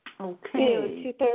Okay